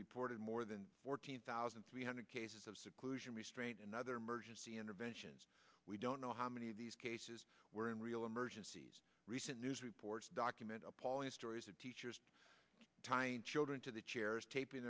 reported more than fourteen thousand three hundred cases of seclusion restraint another emergency interventions we don't know how many of these cases were in real emergencies recent reports document appalling stories of teachers tying children to the chairs taping